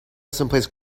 someplace